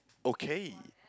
okay